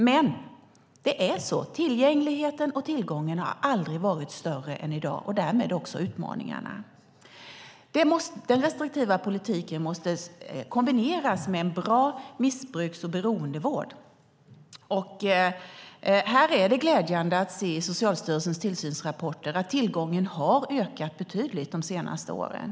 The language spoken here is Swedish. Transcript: Men det är så; tillgängligheten och tillgången har aldrig varit större än i dag - och därmed också utmaningarna. Den restriktiva politiken måste kombineras med en bra missbruks och beroendevård. Här är det glädjande att se i Socialstyrelsens tillsynsrapporter att tillgången till vård har ökat betydligt de senaste åren.